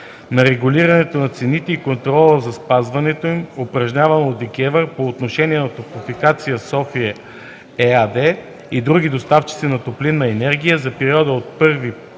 на регулирането на цените и контрола за спазването им, упражняван от ДКЕВР по отношение на „Топлофикация – София” ЕАД и другите доставчици на топлинна енергия за периода от 1